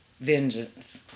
vengeance